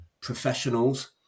professionals